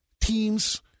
Teams